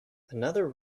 another